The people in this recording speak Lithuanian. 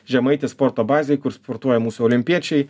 žemaitės sporto bazėj kur sportuoja mūsų olimpiečiai